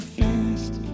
fast